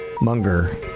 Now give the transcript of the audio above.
Munger